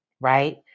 right